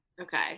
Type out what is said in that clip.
Okay